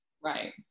Right